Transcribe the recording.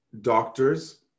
doctors